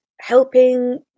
helping